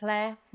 Claire